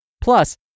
Plus